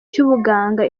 nk’ubuganga